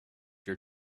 your